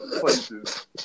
places